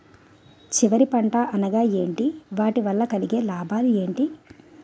చివరి పంట అనగా ఏంటి వాటి వల్ల కలిగే లాభాలు ఏంటి